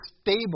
stable